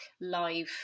live